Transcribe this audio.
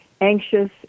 anxious